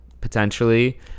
potentially